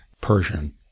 Persian